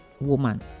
woman